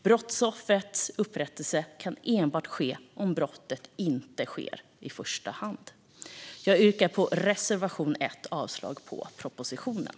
Brottsoffret kan enbart få upprättelse om brottet inte sker över huvud taget. Jag yrkar bifall till reservation 1 och avslag på propositionen.